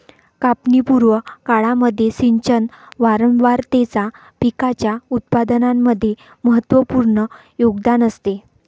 कापणी पूर्व काळामध्ये सिंचन वारंवारतेचा पिकाच्या उत्पादनामध्ये महत्त्वपूर्ण योगदान असते